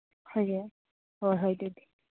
ꯐꯔꯦ ꯍꯣꯏ ꯍꯣꯏ ꯑꯗꯨꯗꯤ